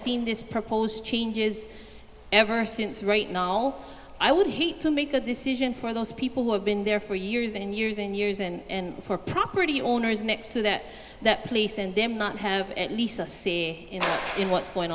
seen this proposed changes ever since right now i would hate to make a decision for those people who have been there for years and years and years and for property owners next to that that place and then not have at least a say in what's going